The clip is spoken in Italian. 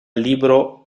libro